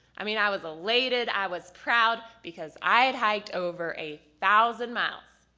i mean i was elated, i was proud because i had hiked over a thousand miles.